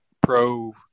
pro